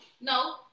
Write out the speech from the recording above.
no